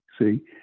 see